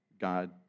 God